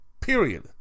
period